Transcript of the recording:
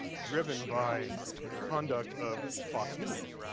driven by the conduct of fox news.